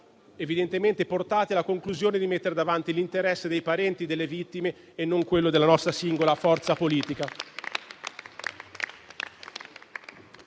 evidentemente portati alla conclusione di mettere avanti l'interesse dei parenti delle vittime e non quello della nostra singola forza politica.